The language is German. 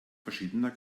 verschiedener